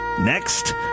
Next